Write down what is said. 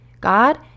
God